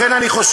לכן אני חושב,